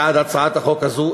בעד הצעת החוק הזאת.